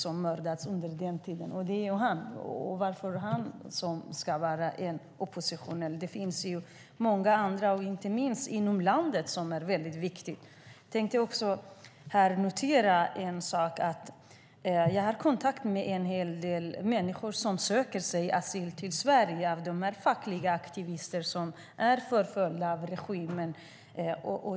Varför ska han betraktas som oppositionell? Det finns många andra, inte minst inom landet, vilket är väldigt viktigt. Jag har kontakt med en hel del fackliga aktivister som är förföljda av regimen och söker asyl i Sverige.